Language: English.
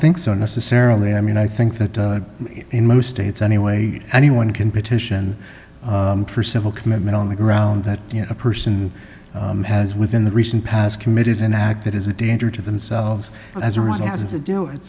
think so necessarily i mean i think that in most states any way anyone can petition for civil commitment on the ground that you know a person has within the recent past committed an act that is a danger to themselves as a result of the do it